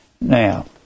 Now